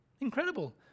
Incredible